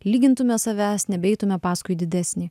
lygintume savęs nebeitume paskui didesnį